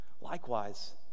likewise